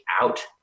out